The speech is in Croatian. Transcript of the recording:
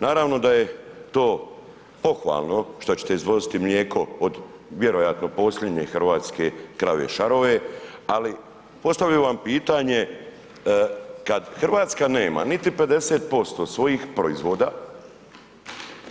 Naravno da je to pohvalno što ćete izvoziti mlijeko od, vjerojatno posljednje hrvatske krave Šaroje, ali postavio bi vam pitanje, kad RH nema niti 50% svojih proizvoda